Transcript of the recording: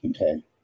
Okay